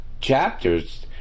chapters